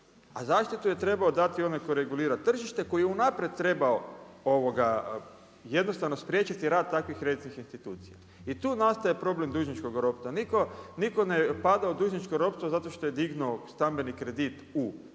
A zaštitu je trebao dati onaj koji regulira tržište koji je unaprijed trebao jednostavno spriječiti rad takvih kreditnih institucija. I tu nastaje problem dužničkog ropstava. Nitko ne pada u dužničko ropstvo zato što je dignuo stambeni kredit u banci,